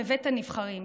בבית הנבחרים,